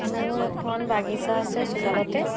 মোৰ এখন বাগিচা আছে চোতালতে